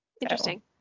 Interesting